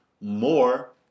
more